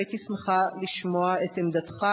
הייתי שמחה לשמוע את עמדתך,